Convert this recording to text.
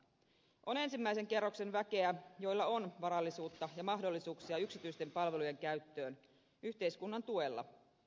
on ensimmäisen kerroksen väkeä jolla on varallisuutta ja mahdollisuuksia yksityisten palvelujen käyttöön yhteiskunnan tuella